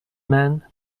man